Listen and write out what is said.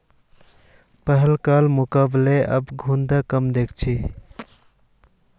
पहलकार मुकबले अब घोंघा कम दख छि